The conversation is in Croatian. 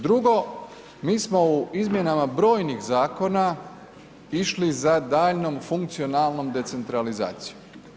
Drugo, mi smo u izmjenama brojnih zakona išli za daljnjom funkcionalnom decentralizacijom.